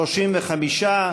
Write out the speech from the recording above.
35,